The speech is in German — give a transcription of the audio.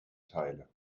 teile